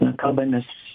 na kalbamės